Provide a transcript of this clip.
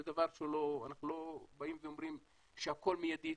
אנחנו לא באים ואומרים שהכול מיידית,